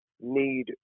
need